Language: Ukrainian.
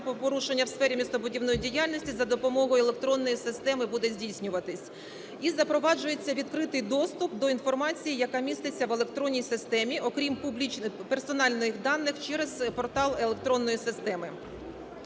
правопорушення в сфері містобудівної діяльності за допомогою електронної системи буде здійснюватись. І запроваджується відкритий доступ до інформації, яка міститься в електронній системі, окрім персональних даних, через портал електронної системи.